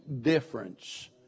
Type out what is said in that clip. difference